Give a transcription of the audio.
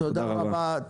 רבה.